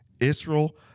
Israel